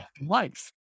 life